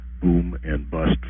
boom-and-bust